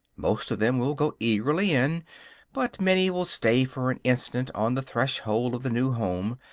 most of them will go eagerly in but many will stay for an instant on the threshold of the new home,